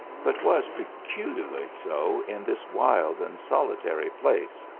but was peculiarly so in this wild and solitary place.